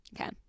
Okay